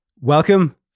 welcome